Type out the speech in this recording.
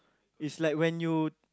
it's like when you